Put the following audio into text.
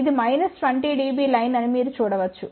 కాబట్టి ఇది 20 dB line అని మీరు చూడవచ్చు